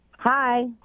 Hi